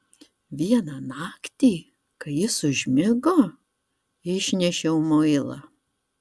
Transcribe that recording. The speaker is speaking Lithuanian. vieną naktį kai jis užmigo išnešiau muilą